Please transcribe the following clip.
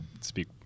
speak